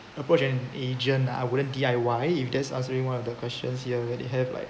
approach an agent lah I wouldn't D_I_Y if that's answering one of the questions where they have like